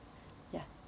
ya